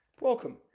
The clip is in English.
Welcome